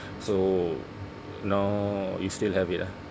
so now you still have it ah